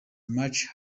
much